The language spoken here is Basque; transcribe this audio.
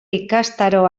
ikastaro